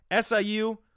SIU